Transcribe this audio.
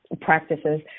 practices